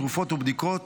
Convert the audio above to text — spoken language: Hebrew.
תרופות ובדיקות,